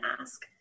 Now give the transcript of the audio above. ask